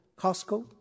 Costco